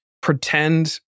pretend